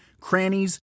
crannies